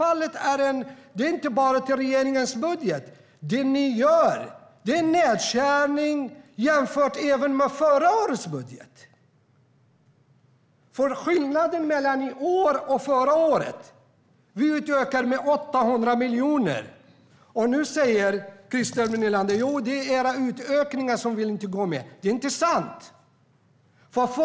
Det ni gör är en nedskärning jämfört även med förra årets budget. Vi utökar med 800 miljoner, och nu säger Christer Nylander att det är våra utökningar som de inte vill gå med på. Det är inte sant.